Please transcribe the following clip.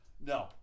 No